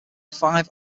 five